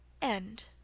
End